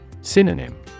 Synonym